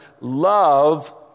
Love